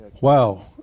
Wow